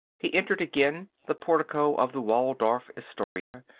he entered again the portico of the waldorf astoria.